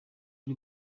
ari